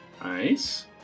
Nice